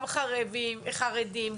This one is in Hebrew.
גם חרדים,